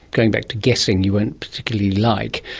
going back to guessing, you won't particularly like.